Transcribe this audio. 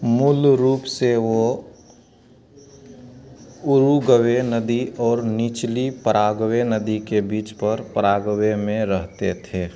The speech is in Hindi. मूल रूप से वह उरुग्वे नदी और निचली पराग्वे नदी के बीच पर पराग्वे में रहते थे